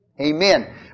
Amen